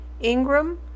Ingram